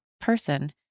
person